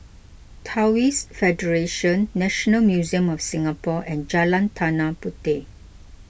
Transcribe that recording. Taoist Federation National Museum of Singapore and Jalan Tanah Puteh